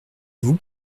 vous